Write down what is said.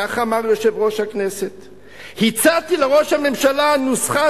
כך אמר יושב-ראש הכנסת: הצעתי לראש הממשלה נוסחה